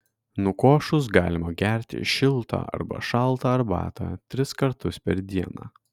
nukošus galima gerti šiltą arba šaltą arbatą tris kartus per dieną